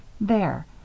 There